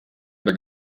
oder